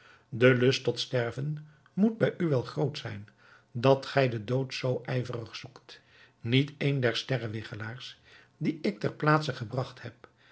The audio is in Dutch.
de lust tot sterven moet bij u wel groot zijn dat gij den dood zoo ijverig zoekt niet een der sterrewigchelaars die ik ter plaatse gebragt heb